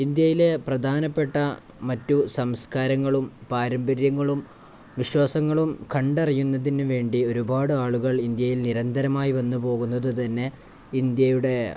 ഇന്ത്യയിലെ പ്രധാനപ്പെട്ട മറ്റു സംസ്കാരങ്ങളും പാരമ്പര്യങ്ങളും വിശ്വാസങ്ങളും കണ്ടറിയുന്നതിനുവേണ്ടി ഒരുപാട് ആളുകൾ ഇന്ത്യയിൽ നിരന്തരമായി വന്നു പോകുന്നതു തന്നെ ഇന്ത്യയുടെ